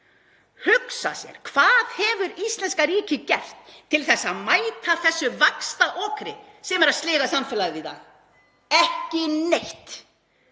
Hugsa sér: Hvað hefur íslenska ríkið gert til að mæta þessu vaxtaokri sem er að sliga samfélagið í dag? Ekki neitt.